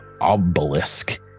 obelisk